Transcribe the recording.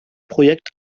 projekt